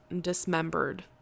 dismembered